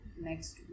next